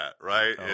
right